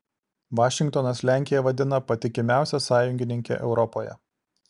vašingtonas lenkiją vadina patikimiausia sąjungininke europoje